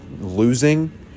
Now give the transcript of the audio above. losing